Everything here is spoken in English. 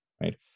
right